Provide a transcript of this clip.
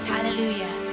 Hallelujah